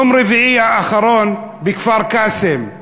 ביום רביעי האחרון בכפר-קאסם,